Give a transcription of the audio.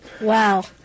Wow